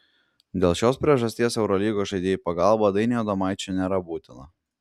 dėl šios priežasties eurolygos žaidėjų pagalba dainiui adomaičiui nėra būtina